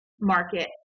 market